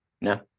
no